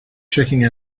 checking